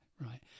right